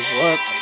work